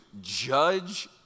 judge